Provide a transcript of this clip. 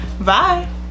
Bye